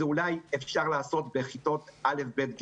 אולי ניתן לעשות את זה בכיתות א'-ב'-ג'.